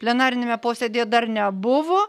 plenariniame posėdyje dar nebuvo